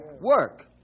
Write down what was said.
work